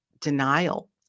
Denial